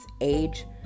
age